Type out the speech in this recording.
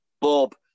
Bob